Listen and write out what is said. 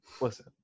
listen